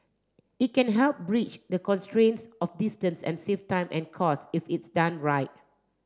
it can help bridge the constraints of distance and save time and costs if it's done right